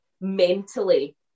mentally